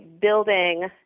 building –